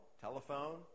telephone